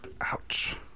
Ouch